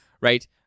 Right